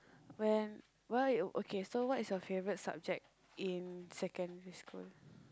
when what are your~ okay so what is your favourite subject in secondary school